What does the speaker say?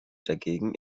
dagegen